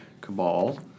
Cabal